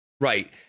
right